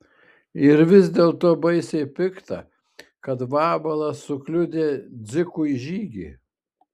ir vis dėlto baisiai pikta kad vabalas sukliudė dzikui žygį